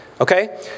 okay